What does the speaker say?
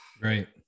Right